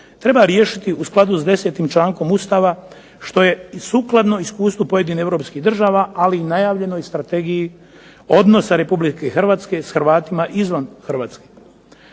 treba riješiti u skladu s 10. člankom Ustava što je sukladno iskustvu pojedinih europskih država a i najavljenoj strategiji odnosa Republike Hrvatske s Hrvatima izvan Hrvatske.